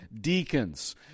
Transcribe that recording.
deacons